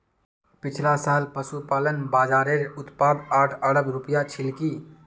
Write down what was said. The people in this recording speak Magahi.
पिछला साल पशुपालन बाज़ारेर उत्पाद आठ अरब रूपया छिलकी